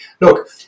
look